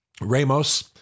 Ramos